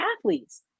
athletes